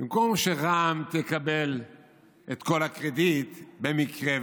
במקום שרע"מ תקבל את כל הקרדיט במקרה